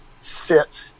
sit